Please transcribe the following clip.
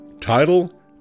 Title